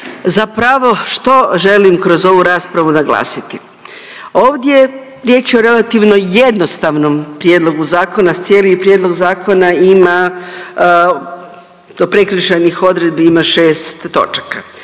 Zapravo što želim kroz ovu raspravu naglasiti? Ovdje riječ je o relativno jednostavnom prijedlogu zakona, cijeli prijedlog zakona ima do prekršajnih odredbi ima šest točaka,